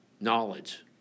knowledge